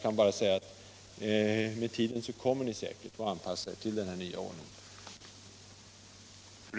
Men med tiden kommer ni säkert att anpassa er.